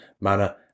manner